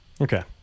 Okay